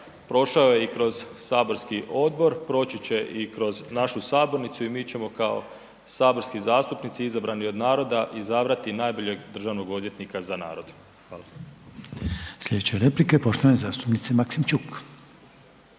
prošao je i kroz saborski odbor, proći će i kroz našu sabornicu i mi ćemo kao saborski zastupnici izabrani od naroda izbrani od naroda, izabrati najboljeg državnog odvjetnika za narod. Hvala. **Reiner, Željko (HDZ)** Sljedeća replika je poštovane zastupnice Maksimčuk.